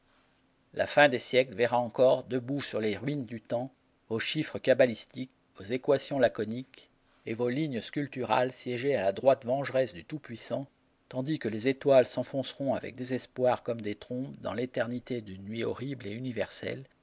la fin des siècles verra encore debout sur les ruines du temps vos chiffres cabalistiques vos équations laconiques et vos lignes sculpturales siéger à la droite vengeresse du tout-puissant tandis que les étoiles s'enfonceront avec désespoir comme des trombes dans l'éternité d'une nuit horrible et universelle